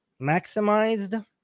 maximized